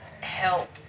help